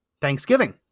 thanksgiving